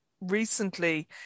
recently